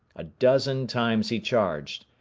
a dozen times he charged,